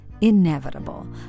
inevitable